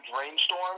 rainstorm